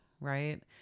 Right